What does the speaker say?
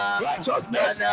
righteousness